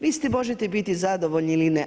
Vi s tim možete biti zadovoljni ili ne.